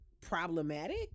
problematic